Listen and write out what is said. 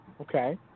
Okay